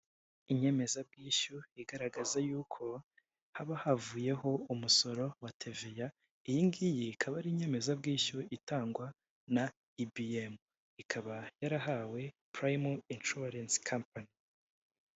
Inyemezabwishyu igaragaza yuko haba havuyeho umusoro wa teveya iyi ngiyi ikaba ari inyemezabwishyu itangwa na ibiyemu ikaba yarahawe purayime ishuwaresi kapanyi.